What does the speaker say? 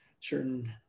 certain